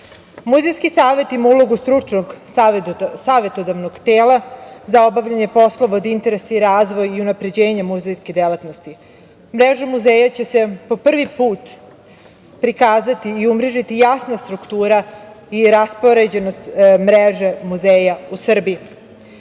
Muzejski savet ima ulogu stručnog savetodavnog tela za obavljanje poslova od interesa i razvoj i unapređenje muzejske delatnosti. Mrežu muzeja će se po prvi put prikazati i umrežiti jasna struktura i raspoređenost mreže muzeja u Srbiji.